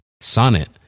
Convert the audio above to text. Sonnet